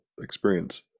experience